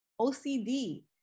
ocd